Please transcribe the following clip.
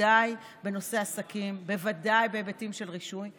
בוודאי בנושא עסקים, ובוודאי בהיבטים של רישוי.